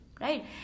right